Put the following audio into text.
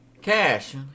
Cash